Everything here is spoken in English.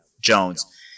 Jones